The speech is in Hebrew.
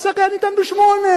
הפסק היה ניתן ב-20:00.